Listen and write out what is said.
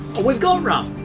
we've got rum